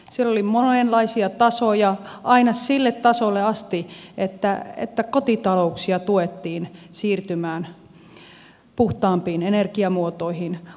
siellä oli monenlaisia tasoja aina sille tasolle asti että kotitalouksia tuettiin siirtymään puhtaampiin energiamuotoihin